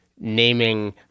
naming